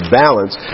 balance